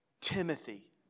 Timothy